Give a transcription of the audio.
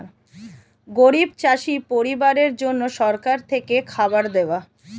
গরিব চাষি পরিবারের জন্য সরকার থেকে খাবার দেওয়া